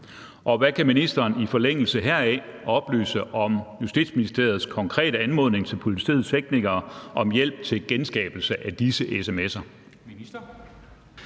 og hvad kan ministeren i forlængelse heraf oplyse om Justitsministeriets konkrete anmodning til politiets teknikere om hjælp til genskabelse af disse sms'er?